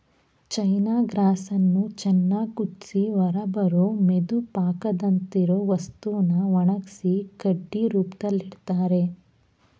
ಚೈನ ಗ್ರಾಸನ್ನು ಚೆನ್ನಾಗ್ ಕುದ್ಸಿ ಹೊರಬರೋ ಮೆತುಪಾಕದಂತಿರೊ ವಸ್ತುನ ಒಣಗ್ಸಿ ಕಡ್ಡಿ ರೂಪ್ದಲ್ಲಿಡ್ತರೆ